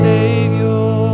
Savior